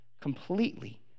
completely